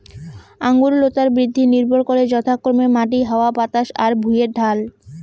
আঙুর লতার বৃদ্ধি নির্ভর করে যথাক্রমে মাটি, হাওয়া বাতাস আর ভুঁইয়ের ঢাল